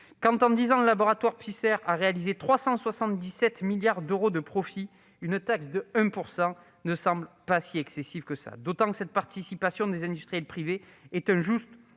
Quand, en dix ans, le laboratoire Pfizer a réalisé 377 milliards d'euros de profits, une taxe de 1 % ne semble pas si excessive, d'autant que cette participation des industriels privés est un juste